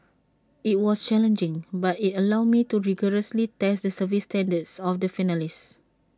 IT was challenging but IT allowed me to rigorously test the service standards of the finalist